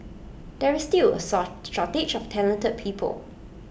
there is still A shortage of talented people